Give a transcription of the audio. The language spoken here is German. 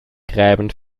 gräben